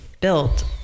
built